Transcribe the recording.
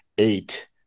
Eight